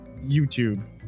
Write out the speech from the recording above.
YouTube